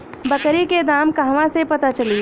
बकरी के दाम कहवा से पता चली?